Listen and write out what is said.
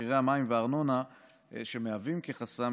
שמחירי המים והארנונה מהווים חסם.